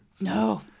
No